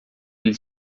ele